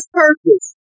purpose